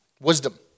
Wisdom